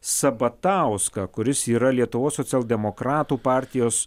sabatauską kuris yra lietuvos socialdemokratų partijos